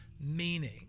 meaning